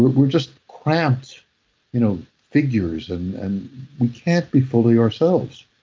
we're just cramped you know figures and and we can't be fully ourselves.